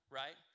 right